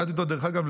דרך אגב,